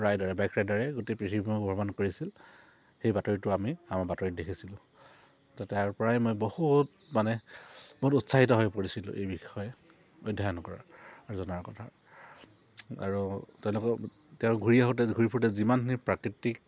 ৰাইডাৰে bike ৰাইডাৰে গোটেই পৃথিৱীখন ভ্ৰমণ কৰিছিল সেই বাতৰিটো আমি আমাৰ বাতৰিত দেখিছিলোঁ তো তাৰ পৰাই মই বহুত মানে বহুত উৎসাহিত হৈ পৰিছিলোঁ এই বিষয়ে অধ্যয়ন কৰা জনাৰ কথা আৰু তেওঁলোকক তেওঁৰ ঘূৰি আহোঁতে ঘূৰি ফুৰোতে যিমানখিনি প্ৰাকৃতিক